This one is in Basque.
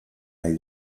nahi